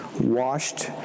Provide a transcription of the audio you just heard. washed